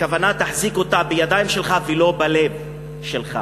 הכוונה: תחזיק אותה בידיים שלך ולא בלב שלך.